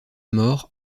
mort